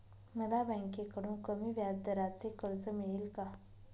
मला बँकेकडून कमी व्याजदराचे कर्ज मिळेल का?